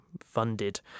funded